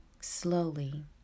slowly